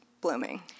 blooming